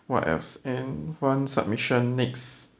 what else and one submission next